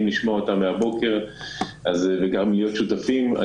לשמוע אותה מהבוקר וגם להיות שותפים.